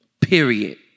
Period